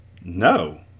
No